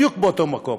בדיוק באותו מקום.